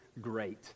great